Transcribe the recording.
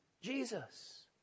Jesus